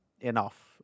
enough